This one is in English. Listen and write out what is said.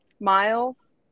miles